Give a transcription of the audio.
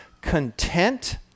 content